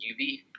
UV